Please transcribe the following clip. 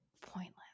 Pointless